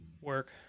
Work